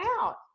out